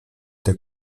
der